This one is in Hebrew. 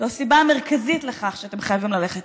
זאת הסיבה המרכזית לכך שאתם חייבים ללכת